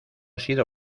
sido